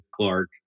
Clark